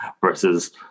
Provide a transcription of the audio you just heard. versus